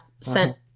Sent